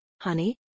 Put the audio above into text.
Honey